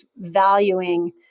valuing